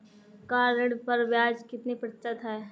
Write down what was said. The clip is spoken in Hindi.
कार ऋण पर ब्याज कितने प्रतिशत है?